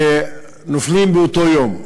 שנופלים באותו יום.